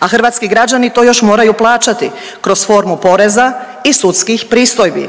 a hrvatski građani to još moraju plaćati kroz formu poreza i sudskih pristojbi.